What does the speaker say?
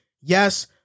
Yes